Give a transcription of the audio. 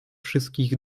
wszystkich